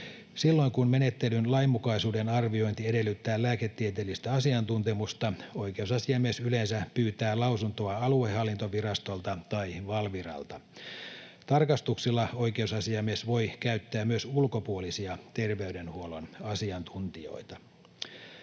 Silloin kun menettelyn lainmukaisuuden arviointi edellyttää lääketieteellistä asiantuntemusta, oikeusasiamies yleensä pyytää lausuntoa aluehallintovirastolta tai Valviralta. Tarkastuksilla oikeusasiamies voi käyttää myös ulkopuolisia terveydenhuollon asiantuntijoita.